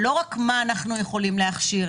לא רק לגבי מה שאנחנו יכולים להכשיר,